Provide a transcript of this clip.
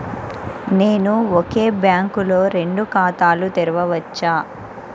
నేను ఒకే బ్యాంకులో రెండు ఖాతాలు తెరవవచ్చా?